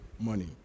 money